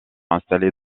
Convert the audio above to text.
installée